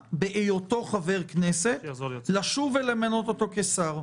מניעה בהיותו חבר כנסת לשוב ולמנות אותו כשר.